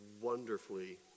wonderfully